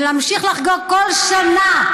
ונמשיך לחגוג כל שנה.